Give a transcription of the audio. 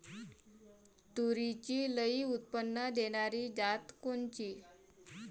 तूरीची लई उत्पन्न देणारी जात कोनची?